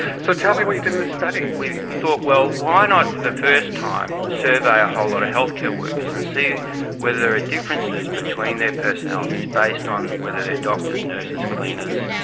so tell me what you did in this study? we thought, well, why not for the first time survey a whole lot of healthcare workers and see whether ah differences between their personalities based on whether they are doctors, nurses, cleaners,